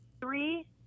three